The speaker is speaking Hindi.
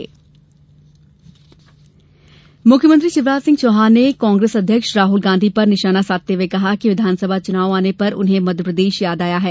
जन आशीर्वाद यात्रा मुख्यमंत्री शिवराज सिंह चौहान ने कांग्रेस अध्यक्ष राहुल गांधी पर निशाना साधते हुए कहा कि विधानसभा चुनाव आने पर उन्हें मध्यप्रदेश याद आया है